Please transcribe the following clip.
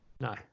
No